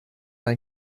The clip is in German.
ein